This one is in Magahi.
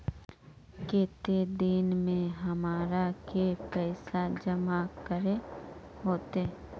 केते दिन में हमरा के पैसा जमा करे होते?